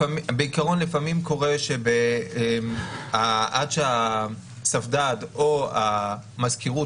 לפעמים קורה שעד שהספד"ד או המזכירות